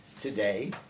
today